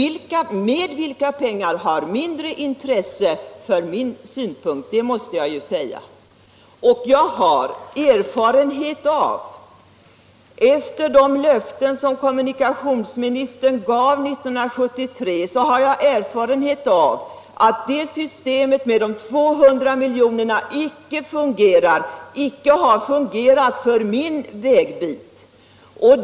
Med vilka pengar det genomförs har mindre intresse från min synpunkt, det måste jag säga. Jag har — efter de löften som kommunikationsministern gav 1973 — erfarenhet av att systemet med de 200 miljonerna icke fungerar och icke har fungerat för min vägbit.